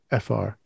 FR